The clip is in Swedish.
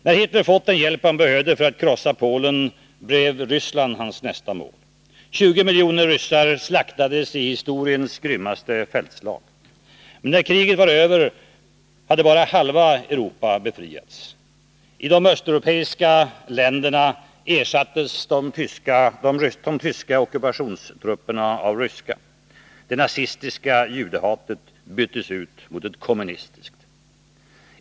När Hitler fått den hjälp han behövde för att krossa Polen blev Ryssland hans nästa mål. 20 miljoner ryssar slaktades i historiens grymmaste fältslag. Men när kriget var över hade bara halva Europa befriats. I de östeuropeiska länderna ersattes de tyska ockupationstrupperna av ryska. Det nazistiska judehatet byttes ut mot ett kommunistiskt.